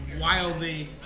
wildly